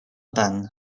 tant